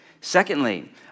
Secondly